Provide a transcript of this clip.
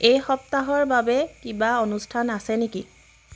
এই সপ্তাহৰ বাবে কিবা অনুষ্ঠান আছে নেকি